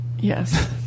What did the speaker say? Yes